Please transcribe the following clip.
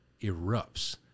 erupts